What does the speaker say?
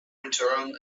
return